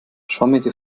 schwammige